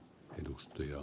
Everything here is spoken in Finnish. arvoisa puhemies